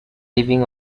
leaving